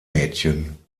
mädchen